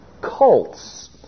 cults